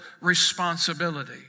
responsibility